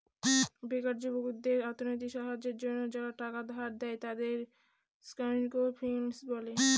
বেকার যুবকদের আর্থিক সাহায্যের জন্য যারা টাকা ধার দেয়, তাদের মাইক্রো ফিন্যান্স বলে